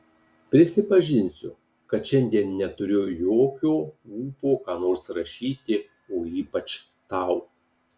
prisipažinsiu kad šiandien neturiu jokio ūpo ką nors rašyti o ypač tau